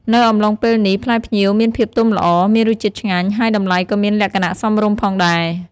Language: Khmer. នៅអំឡុងពេលនេះ ផ្លែផ្ញៀវមានភាពទុំល្អ មានរសជាតិឆ្ងាញ់ ហើយតម្លៃក៏មានលក្ខណៈសមរម្យផងដែរ។